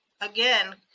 again